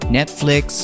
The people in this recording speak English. Netflix